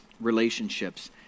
relationships